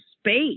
space